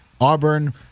Auburn